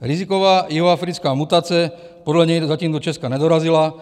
Riziková jihoafrická mutace podle něj zatím do Česka nedorazila.